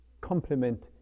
complement